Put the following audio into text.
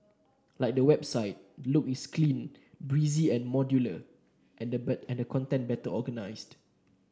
like the website the look is clean breezy and modular and the better and the content better organised